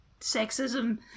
sexism